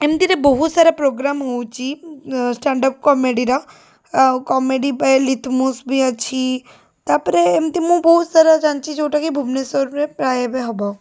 ଏମିତିରେ ବହୁତସାରା ପ୍ରୋଗ୍ରାମ୍ ହେଉଛି ଷ୍ଟାଣ୍ଡଅପ୍ କମେଡ଼ିର ଆଉ କମେଡ଼ି ବାଏ ଲିତୁମସ ବି ଅଛି ତା'ପରେ ଏମିତି ମୁଁ ବହୁତସାରା ଜାଣିଛି ଯେଉଁଟାକି ଭୁବନେଶ୍ୱରରେ ପ୍ରାୟ ଏବେ ହବ